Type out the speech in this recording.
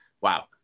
Wow